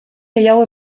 gehiago